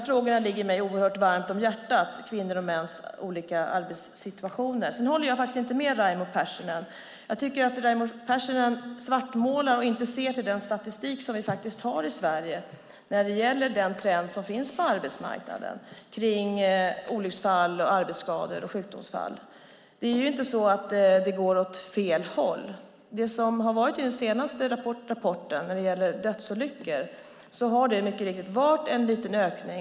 Kvinnors och mäns olika arbetssituation ligger mig varmt om hjärtat. Jag håller inte med Raimo Pärssinen. Jag tycker att Raimo Pärssinen svartmålar och inte ser till den statistik som vi har när det gäller trenden på arbetsmarknaden för olycksfall, arbetsskador och sjukdomsfall. Det går inte åt fel håll. Den senaste rapporten visar visserligen tyvärr en liten ökning av dödsolyckor.